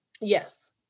Yes